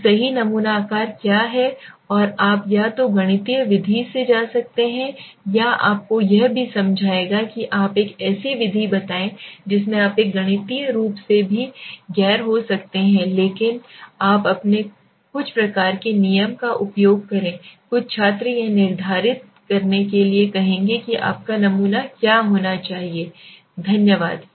तो सही नमूना आकार क्या है और आप या तो गणितीय विधि से जा सकते हैं या आपको यह भी समझाएगा कि आप एक ऐसी विधि बताएं जिसमें आप एक गणितीय रूप से भी गैर हो सकते हैं लेकिन आप अपने कुछ प्रकार के नियम का उपयोग करें कुछ छात्र यह निर्धारित करने के लिए कहेंगे कि आपका नमूना क्या होना चाहिए धन्यवाद